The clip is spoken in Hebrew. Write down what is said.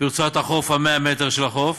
ברצועת 100 המטר של החוף,